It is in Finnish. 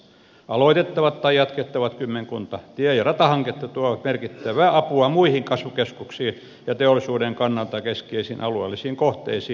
aloitettavat tai jatkettavat kymmenkunta tie ja ratahanketta tuovat merkittävää apua muihin kasvukeskuksiin ja teollisuuden kannalta keskeisiin alueellisiin kohteisiin